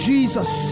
Jesus